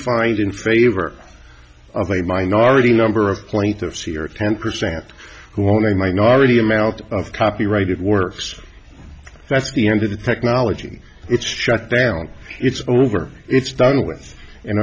find in favor of a minority number of plaintiffs here ten percent who want a minority amount of copyrighted works that's the end of the technology it's shut down it's over it's done with and